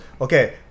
okay